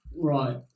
Right